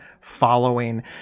following